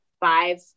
five